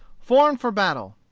formed for battle.